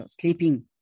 sleeping